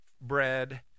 bread